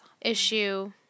issue